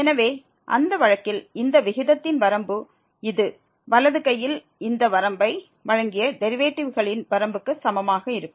எனவே அந்த வழக்கில் இந்த விகிதத்தின் வரம்பு இது வலது கையில் இந்த வரம்பை வழங்கிய டெரிவேட்டிவ்களின் வரம்புக்கு சமமாக இருக்கும்